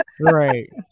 Right